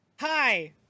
Hi